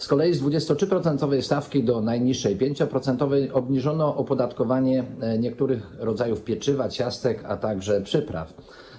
Z kolei z 23-procentowej stawki do najniższej, 5-procentowej obniżono opodatkowanie niektórych rodzajów pieczywa, ciastek, a także przypraw.